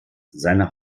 seiner